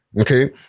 okay